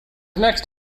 next